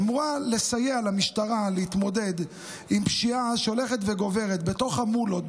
היא אמורה לסייע למשטרה להתמודד עם פשיעה שהולכת וגוברת בתוך חמולות,